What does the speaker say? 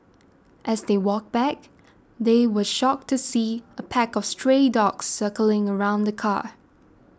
as they walked back they were shocked to see a pack of stray dogs circling around the car